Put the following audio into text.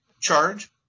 charge